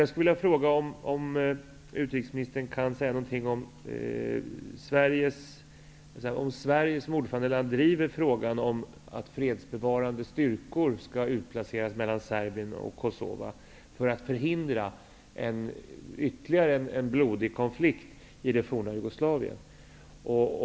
Jag skulle vilja fråga: Kan utrikesministern säga någonting om huruvida Sverige som ordförandeland driver frågan om att fredsbevarande styrkor skall utplaceras mellan Serbien och Kosova, för att förhindra ytterligare en blodig konflikt i det forna Jugoslavien?